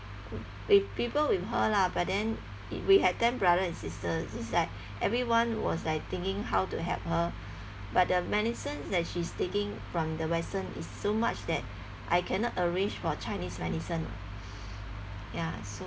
we've people with her lah but then it we had ten brother and sister it's like everyone was like thinking how to help her but the medicine that she's taking from the western is so much that I cannot arrange for chinese medicine ya so